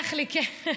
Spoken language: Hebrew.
תסלח לי, כן.